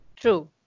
true